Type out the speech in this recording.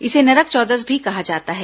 इसे नरक चौदस भी कहा जाता है